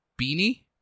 Beanie